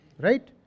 Right